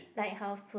like how soon